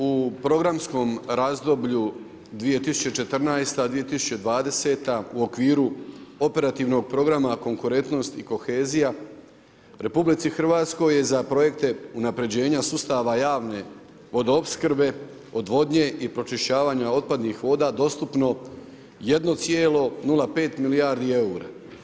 U programskom razdoblju 2014., 2020. u okviru operativnog programa konkurentnost i kohezija RH je za projekte unapređenja sustava javne vodoopskrbe, odvodnje i pročišćavanja otpadnih voda dostupno 1,05 milijardi eura.